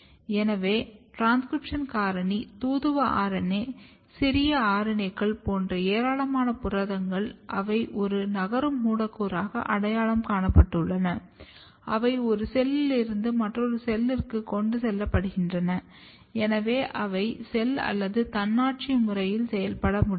எனவே டிரான்ஸ்கிரிப்ஷன் காரணி தூதுவ RNA சிறிய RNA கள் போன்ற ஏராளமான புரதங்கள் அவை ஒரு நகரும் மூலக்கூறாக அடையாளம் காணப்பட்டுள்ளன அவை ஒரு செல்லில் இருந்து மற்றொரு செல்லிற்கு கொண்டு செல்லப்படுகின்றன எனவே அவை செல் அல்லாத தன்னாட்சி முறையில் செயல்பட முடியும்